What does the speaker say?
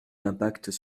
l’impact